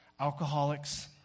Alcoholics